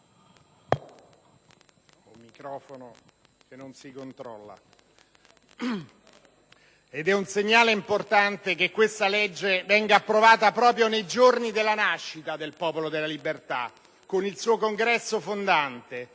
Ed è un segnale importante che questa legge venga approvata proprio nei giorni della nascita del Popolo della Libertà con il suo congresso fondante,